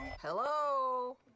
Hello